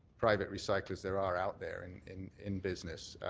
private recyclers there are out there and in in business.